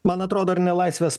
man atrodo ar ne laisvės